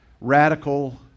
radical